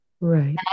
Right